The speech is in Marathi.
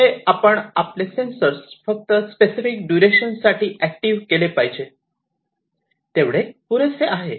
म्हणजे आपण आपले सेन्सर्स फक्त स्पेसिफिक डुरेशन साठी ऍक्टिव्ह केले पाहिजे तेवढे पुरेसे आहे